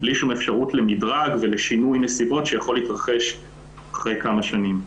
בלי שום אפשרות למדרג ולשינוי נסיבות שיכול להתרחב אחרי כמה שנים?